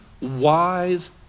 wise